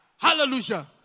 Hallelujah